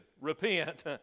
repent